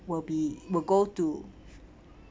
will be will go to